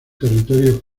territorio